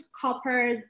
copper